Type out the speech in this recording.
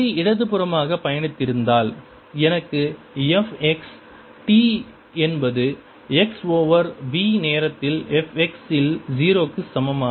அலை இடதுபுறமாக பயணித்திருந்தால் எனக்கு f x t என்பது x ஓவர் v நேரத்தில் f x இல் 0 க்கு சமமாக